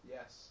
Yes